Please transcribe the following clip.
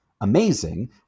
amazing